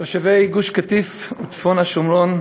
תושבי גוש-קטיף וצפון השומרון,